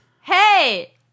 Hey